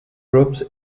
groups